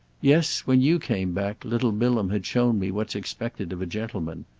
yes when you came back little bilham had shown me what's expected of a gentleman.